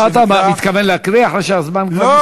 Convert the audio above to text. אתה מתכוון להקריא אחרי שהזמן כבר הסתיים?